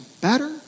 better